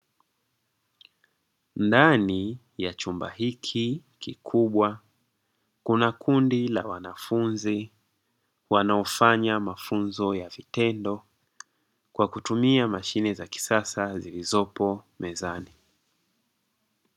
Ndani ya chumba hiki kikubwa kuna kundi la wanafunzi wanaofanya mafunzo ya vitendo kwa kutumia mashine za kisasa zilizopo mezani.